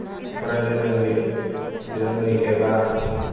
फरायनो रोङै रोङै एबा